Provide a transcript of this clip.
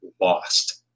lost